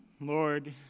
Lord